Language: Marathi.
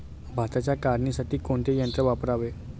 भाताच्या काढणीसाठी कोणते यंत्र वापरावे?